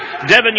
Devin